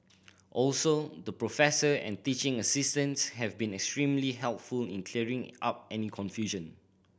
also the professor and teaching assistants have been extremely helpful in clearing up any confusion